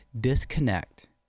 Disconnect